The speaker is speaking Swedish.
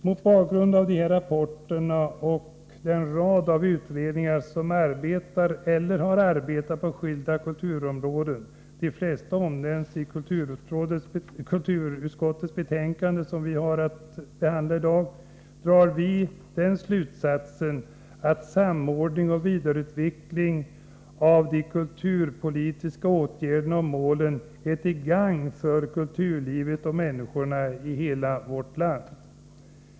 Mot bakgrund av dessa rapporter — och den rad av utredningar som arbetar eller har arbetat på skilda kulturområden, de flesta omnämnda i kulturutskottets betänkande som vi har att behandla i dag — drar vi i centerpartiet den slutsatsen att samordning och vidareutveckling av de kulturpolitiska åtgärderna och målen är till gagn för kulturlivet och människorna i hela vårt land.